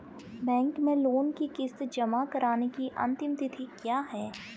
Bank में loan की किश्त जमा कराने की अंतिम तिथि क्या है?